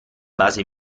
base